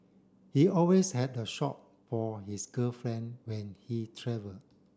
he always had a shop for his girlfriend when he travel